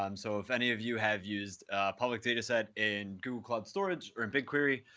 um so if any of you have used public data set in google cloud storage or in bigquery,